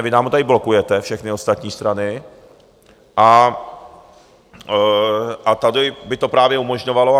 Vy nám ho tady blokujete, všechny ostatní strany, a tady by to právě umožňovalo.